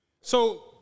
So-